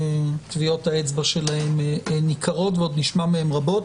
טביעות האצבע שלהם ניכרות ועוד נשמע מהם רבות.